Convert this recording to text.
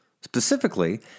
Specifically